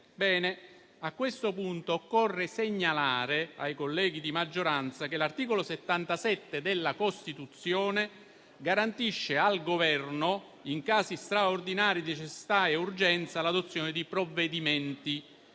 a questo punto occorre segnalare ai colleghi di maggioranza che l'articolo 77 della Costituzione garantisce al Governo, in casi straordinari di necessità e urgenza, l'adozione di provvedimenti